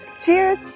Cheers